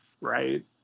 right